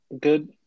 Good